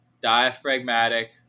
diaphragmatic